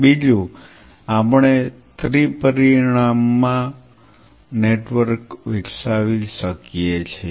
બીજું આપણે ત્રી પરિમાણમાં નેટવર્ક વિકસાવી શકીએ છીએ